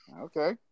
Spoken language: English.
Okay